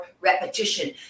repetition